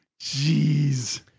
Jeez